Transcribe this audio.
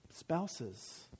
Spouses